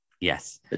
Yes